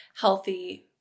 healthy